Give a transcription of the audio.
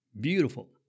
beautiful